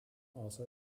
also